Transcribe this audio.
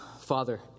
Father